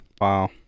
Wow